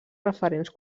referents